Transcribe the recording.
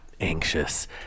anxious